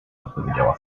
odpowiedziała